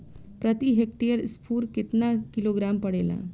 प्रति हेक्टेयर स्फूर केतना किलोग्राम पड़ेला?